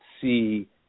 see